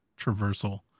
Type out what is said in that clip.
traversal